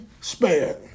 spared